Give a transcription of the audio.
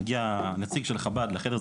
מגיע נציג של חב"ד לחדר,